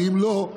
ואם לא,